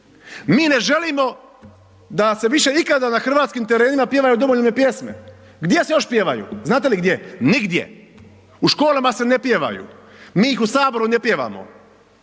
mi ne želimo da se više nikada na hrvatskim terenima pjevaju domoljubne pjesme, gdje se još pjevaju? Znate li gdje? Nigdje. U školama se ne pjevaju, mi ih u Saboru ne pjevamo,